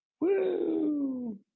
Woo